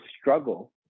struggle